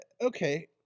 okay